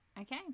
okay